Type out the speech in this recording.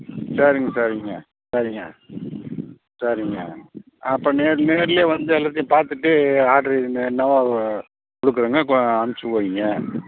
சரிங்க சரிங்க சரிங்க சரிங்க அப்போ நேர் நேர்லேயே வந்து எல்லாத்தையும் பார்த்துட்டு ஆட்ரு என்னவோ கொடுக்குறேங்க கொ அனுப்ச்சு வைங்க